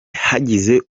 hagize